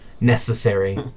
necessary